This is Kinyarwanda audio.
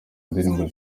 ndirimbo